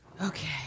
Okay